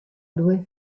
due